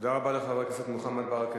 תודה רבה לחבר הכנסת מוחמד ברכה.